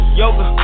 yoga